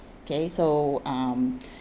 okay so um